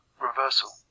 reversal